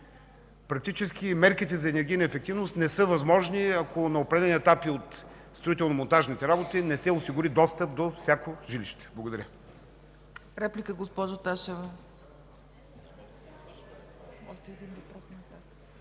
Практически мерките за енергийна ефективност не са възможни, ако на определени етапи от строително-монтажните работи не се осигури достъп до всяко жилище. Благодаря.